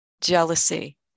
jealousy